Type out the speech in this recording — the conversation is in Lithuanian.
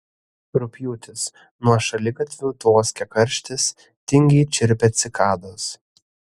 rugpjūtis nuo šaligatvių tvoskia karštis tingiai čirpia cikados